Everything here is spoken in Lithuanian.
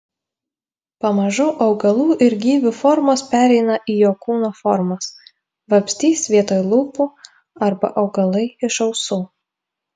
pamažu augalų ir gyvių formos pereina į jo kūno formas vabzdys vietoj lūpų arba augalai iš ausų